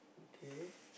okay